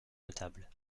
notable